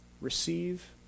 Receive